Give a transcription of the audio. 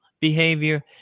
behavior